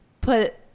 put